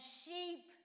sheep